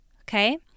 okay